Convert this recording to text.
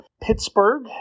Pittsburgh